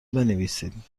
بنویسید